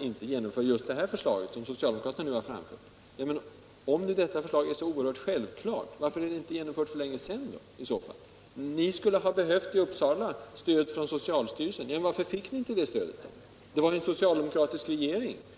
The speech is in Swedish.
inte genomfört just det här förslaget som socialdemokraterna nu har framfört. Men om detta är så oerhört självklart, varför är det inte genomfört för länge sedan? Ni skulle i Uppsala ha behövt stöd från socialstyrelsen. Varför fick ni inte det stödet? Det var ju en socialdemokratisk regering.